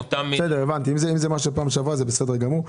אם על זה דיברנו בדיון הקודם, זה בסדר גמור.